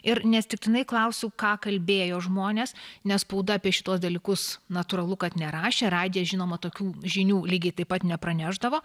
ir neatsitiktinai klausiu ką kalbėjo žmonės nes spauda apie šituos dalykus natūralu kad nerašė radijas žinoma tokių žinių lygiai taip pat nepranešdavo